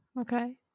okay